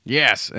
yes